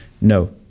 No